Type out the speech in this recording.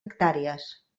hectàrees